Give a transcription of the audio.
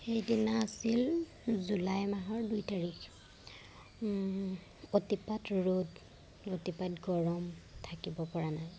সেইদিনা আছিল জুলাই মাহৰ দুই তাৰিখ অতিপাত ৰ'দ অতিপাত গৰম থাকিব পৰা নাই